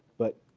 but,